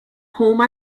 home